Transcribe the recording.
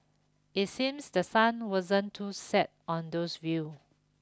it seems the sun wasn't too set on those view